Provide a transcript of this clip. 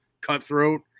cutthroat